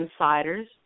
insiders